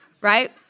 right